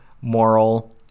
moral